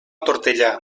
tortellà